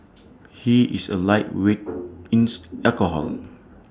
he is A lightweight in alcohol